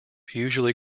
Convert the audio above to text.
usually